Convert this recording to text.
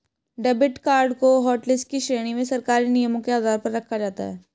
debit card को hotlist की श्रेणी में सरकारी नियमों के आधार पर रखा जाता है